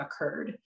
occurred